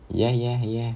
yeah yeah